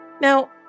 Now